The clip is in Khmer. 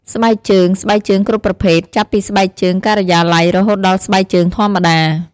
ស្បែកជើង ស្បែកជើងគ្រប់ប្រភេទ ចាប់ពីស្បែកជើងការិយាល័យ រហូតដល់ស្បែកជើងធម្មតា។